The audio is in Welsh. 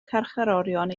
carcharorion